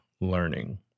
learning